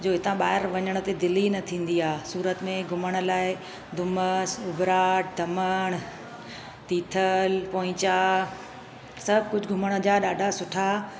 जो इतां ॿाहिरि वञण ते दिलि ई न थींदी आहे सूरत में घुमण लाइ डुमस उबराट धमण तीथल पोहिंजा सभु कुझु घुमण जा ॾाढा सुठा